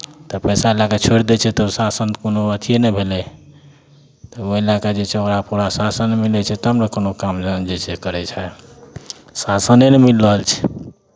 तऽ पैसा लऽ कऽ छोड़ि दै छै तऽ शासन कोनो अथिए नहि भेलै तऽ ओहि लऽ कऽ जे छै ओकरा पूरा शासन मिलै छै तब ने कोनो काम लोक जे छै से करै छै शासने नहि मिल रहल छै